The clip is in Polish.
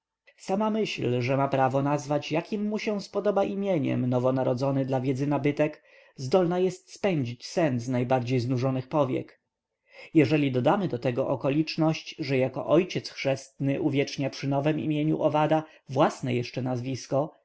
myśl że ma prawo nazwać jakiem mu się spodoba imieniem nowonarodzony dla wiedzy nabytek zdolna jest spędzić sen z najbardziej znużonych powiek jeżeli dodamy do tego okoliczność że jako ojciec chrzestny uwiecznia przy nowem imieniu owadu własne jeszcze nazwisko